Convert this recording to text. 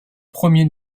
premiers